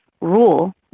rule